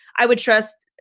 i would trust,